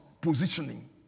positioning